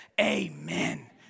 Amen